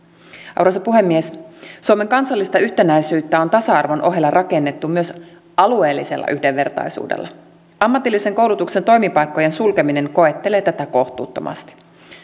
arvoisa puhemies suomen kansallista yhtenäisyyttä on tasa arvon ohella rakennettu myös alueellisella yhdenvertaisuudella ammatillisen koulutuksen toimipaikkojen sulkeminen koettelee tätä kohtuuttomasti